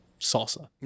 salsa